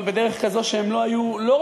אבל בדרך כזאת שהם לא רק לא היו שותפים,